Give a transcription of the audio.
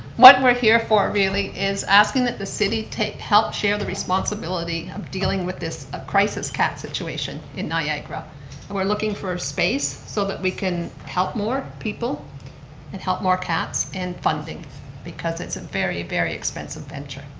what we're here for really is asking that the city to help share the responsibility of dealing with this crisis cat situation in niagara and we're looking for a space so that we can help more people and help more cats in funding because it's a very very expensive venture.